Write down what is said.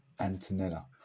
Antonella